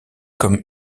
comme